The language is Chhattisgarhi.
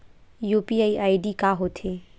यू.पी.आई आई.डी का होथे?